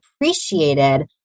appreciated